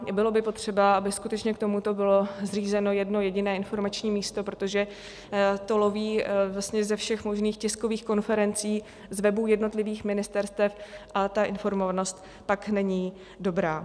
Bylo by potřeba, aby skutečně k tomuto bylo zřízeno jedno jediné informační místo, protože to loví ze všech možných tiskových konferencí, z webů jednotlivých ministerstev a ta informovanost pak není dobrá.